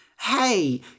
Hey